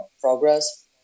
progress